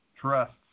trusts